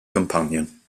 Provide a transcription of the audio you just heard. companion